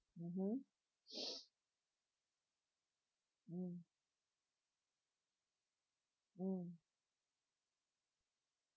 mmhmm mm mm